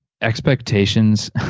expectations